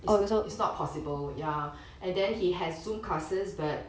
it's it's not possible ya and then he has Zoom classes but